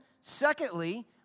secondly